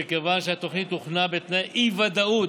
מכיוון שהתוכנית הוכנה בתנאי אי-ודאות,